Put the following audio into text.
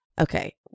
Okay